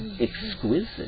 exquisite